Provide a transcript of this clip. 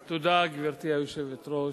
תודה, גברתי היושבת-ראש.